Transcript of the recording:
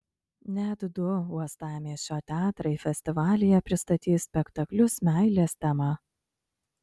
net du uostamiesčio teatrai festivalyje pristatys spektaklius meilės tema